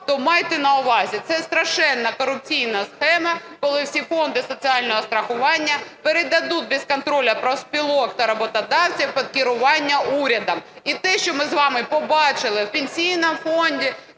то майте на увазі, це страшенна корупційна схема, коли всі фонди соціального страхування передадуть, без контролю профспілок та роботодавців, під керування уряду. І те, що ми з вами побачили в Пенсійному фонд,